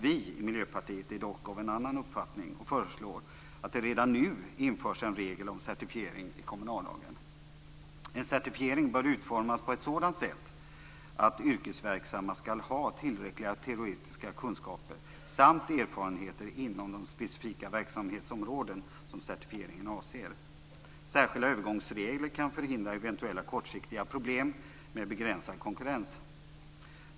Vi i Miljöpartiet är dock av en annan uppfattning och föreslår att det redan nu införs en regel om certifiering i kommunallagen. En certifiering bör utformas på ett sådant sätt att yrkesverksammma skall ha tillräckliga teoretiska kunskaper samt erfarenheter inom de specifika verksamhetsområden som certifieringen avser. Särskilda övergångsregler kan förhindra eventuella kortsiktiga problem med begränsad konkurrens.